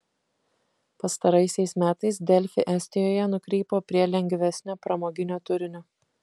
pastaraisiais metais delfi estijoje nukrypo prie lengvesnio pramoginio turinio